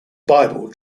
bible